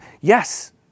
yes